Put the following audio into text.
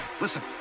Listen